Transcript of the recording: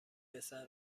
پسر